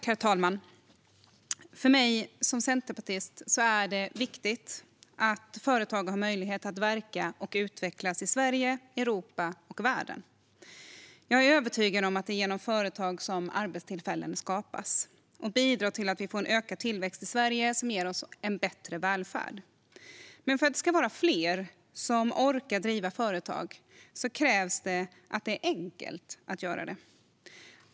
Herr talman! För mig som centerpartist är det viktigt att företag har möjlighet att verka och utvecklas i Sverige, Europa och världen. Jag är övertygad om att det är genom företag som arbetstillfällen skapas och att de bidrar till att vi får en ökad tillväxt i Sverige som ger oss en bättre välfärd. Men för att det ska vara fler som orkar driva företag krävs det att det är enkelt att göra det.